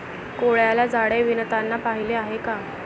कोळ्याला जाळे विणताना पाहिले आहे का?